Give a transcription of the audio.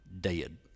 dead